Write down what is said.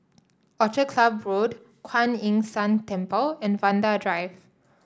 Orchid Club Road Kuan Yin San Temple and Vanda Drive